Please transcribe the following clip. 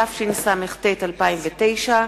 התשס"ט 2009,